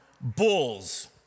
bulls